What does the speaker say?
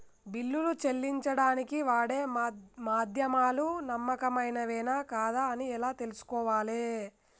బిల్లులు చెల్లించడానికి వాడే మాధ్యమాలు నమ్మకమైనవేనా కాదా అని ఎలా తెలుసుకోవాలే?